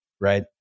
right